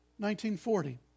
1940